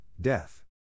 death